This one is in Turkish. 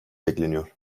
bekleniyor